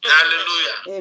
Hallelujah